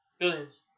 Billions